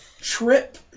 trip